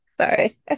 Sorry